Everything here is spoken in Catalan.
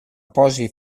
posi